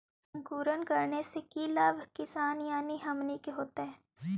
अंकुरण करने से की लाभ किसान यानी हमनि के होतय?